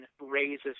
raises